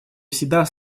всегда